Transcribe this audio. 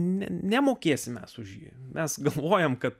nemokėsime už jį mes galvojame kad